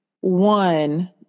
One